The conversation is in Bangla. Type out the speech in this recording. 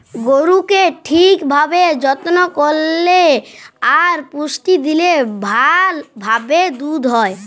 গরুকে ঠিক ভাবে যত্ন করল্যে আর পুষ্টি দিলে ভাল ভাবে দুধ হ্যয়